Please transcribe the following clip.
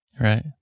Right